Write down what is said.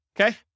okay